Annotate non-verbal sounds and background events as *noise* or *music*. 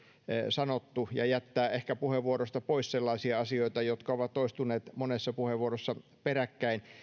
sanottu *unintelligible* ja jättää ehkä puheenvuorosta pois sellaisia asioita jotka ovat toistuneet monessa puheenvuorossa peräkkäin